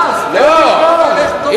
אין מכרז.